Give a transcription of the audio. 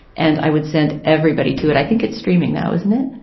and i would send everybody to it. i think it's streaming now, isn't it?